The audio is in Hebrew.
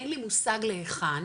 אין לי מושג להיכן,